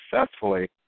successfully